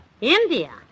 India